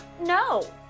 no